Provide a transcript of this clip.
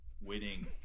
winning